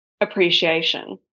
appreciation